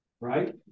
Right